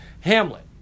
Hamlet